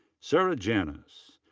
sarah janess.